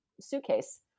suitcase